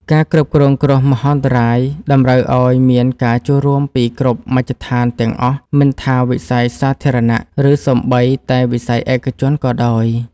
ការគ្រប់គ្រងគ្រោះមហន្តរាយតម្រូវឱ្យមានការចូលរួមពីគ្រប់មជ្ឈដ្ឋានទាំងអស់ មិនថាវិស័យសាធារណៈ ឬសូម្បីតែវិស័យឯកជនក៏ដោយ។